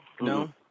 No